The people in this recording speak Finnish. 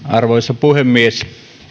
arvoisa puhemies